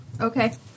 Okay